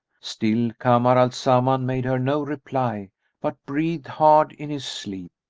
still kamar al-zaman made her no reply but breathed hard in his sleep.